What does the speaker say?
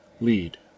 Lead